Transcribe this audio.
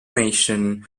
nation